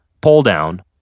pull-down